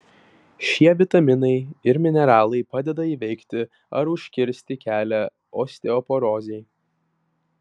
šie vitaminai ir mineralai padeda įveikti ar užkirsti kelią osteoporozei